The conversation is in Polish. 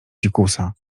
dzikusa